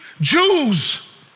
Jews